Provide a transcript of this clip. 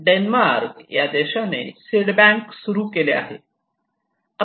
Denmark या देशाने seed bank सुरू केले आहे